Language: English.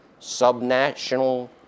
Subnational